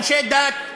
אנשי דת,